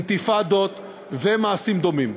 אינתיפאדות ומעשים דומים.